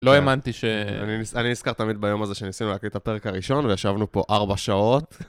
לא האמנתי ש... אני נזכר תמיד ביום הזה שניסינו להקליט את הפרק הראשון וישבנו פה ארבע שעות.